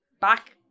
back